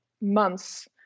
months